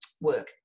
work